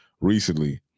recently